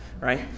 right